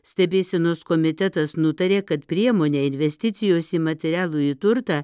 stebėsenos komitetas nutarė kad priemonė investicijos į materialųjį turtą